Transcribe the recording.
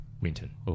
Winton